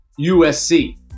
USC